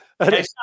okay